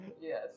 Yes